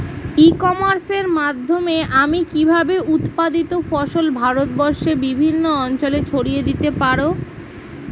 ই কমার্সের মাধ্যমে আমি কিভাবে উৎপাদিত ফসল ভারতবর্ষে বিভিন্ন অঞ্চলে ছড়িয়ে দিতে পারো?